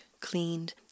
cleaned